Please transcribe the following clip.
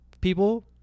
people